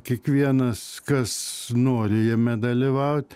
kiekvienas kas nori jame dalyvaut